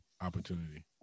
opportunity